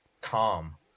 calm